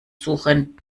suchen